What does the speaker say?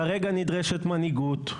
כרגע נדרשת מנהיגות,